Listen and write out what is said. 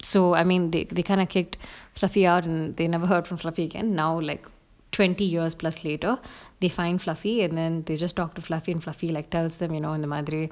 so I mean they they kind of kicked fluffy out and they never heard from fluffy again now like twenty years plus later they find fluffy and then they just talk to fluffy fluffy like tells them you know இந்த மாதிரி:intha madiri